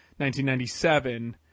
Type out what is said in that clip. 1997